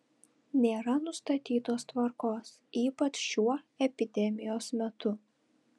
nėra nustatytos tvarkos ypač šiuo epidemijos metu